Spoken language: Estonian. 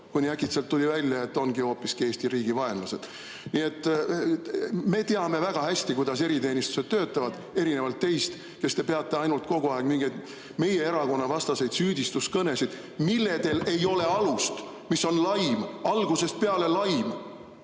kuni äkitselt tuli välja, et on hoopiski Eesti riigi vaenlased. Nii et me teame väga hästi, kuidas eriteenistused töötavad, erinevalt teist, kes te peate ainult kogu aeg mingeid meie erakonna vastaseid süüdistuskõnesid, milledel ei ole alust, mis on laim – algusest peale laim.